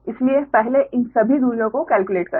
इसलिए पहले इन सभी दूरियों को केल्क्युलेट करें